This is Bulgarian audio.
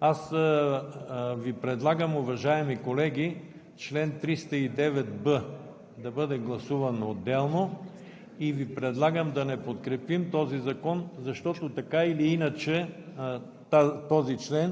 Аз Ви предлагам, уважаеми колеги, чл. 309б да бъде гласуван отделно и Ви предлагам да не подкрепим този член,